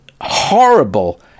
horrible